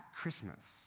Christmas